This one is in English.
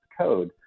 code